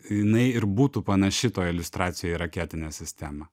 jinai ir būtų panaši toj iliustracijoj į raketinę sistemą